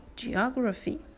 ,geography